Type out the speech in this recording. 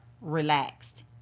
relaxed